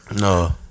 No